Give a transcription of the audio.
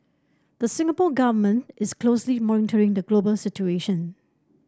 the Singapore Government is closely monitoring the global situation